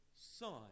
son